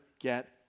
get